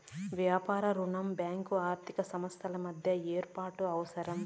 వ్యాపార రుణం బ్యాంకు ఆర్థిక సంస్థల మధ్య ఏర్పాటు అవసరం